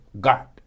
God